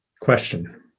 question